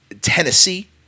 tennessee